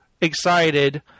excited